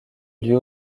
lieu